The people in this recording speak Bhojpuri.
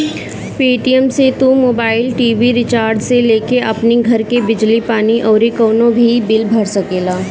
पेटीएम से तू मोबाईल, टी.वी रिचार्ज से लेके अपनी घर के बिजली पानी अउरी कवनो भी बिल भर सकेला